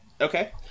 okay